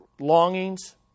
longings